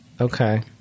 Okay